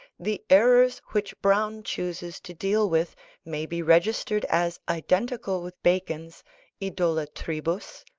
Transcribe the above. the errors which browne chooses to deal with may be registered as identical with bacon's idola tribus,